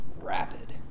rapid